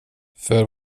för